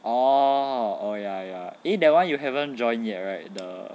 oh oh ya ya eh that [one] you haven't joined yet right the